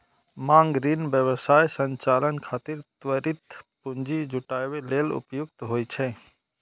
मांग ऋण व्यवसाय संचालन खातिर त्वरित पूंजी जुटाबै लेल उपयुक्त होइ छै